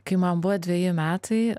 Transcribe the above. kai man buvo dveji metai